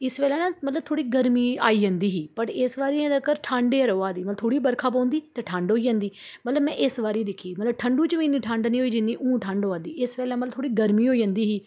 इस बेल्लै ना मतलब थोह्ड़ी गरमी आई जंदी ही वट् इस बारी अजें तगर ठंड ऐ रोआ दी मतलब थोह्ड़ी बरखा पौंदी ते ठंड होई जंदी मतलब में इस बारी दिक्खी मतलब ठंडु च बी इ'न्नी ठंड निं होई जि'न्नी हून ठंड होऐ दी इस बेल्लै मतलब थोह्ड़ी गरमी होई जंदी ही